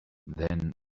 then